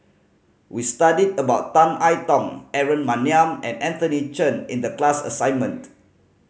we studied about Tan I Tong Aaron Maniam and Anthony Chen in the class assignment